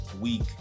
week